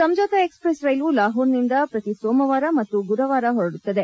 Samjhauta express ರೈಲು ಲಾಹೋರ್ನಿಂದ ಪ್ರತಿ ಸೋಮವಾರ ಮತ್ತು ಗುರುವಾರ ಹೊರಡುತ್ತದೆ